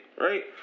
right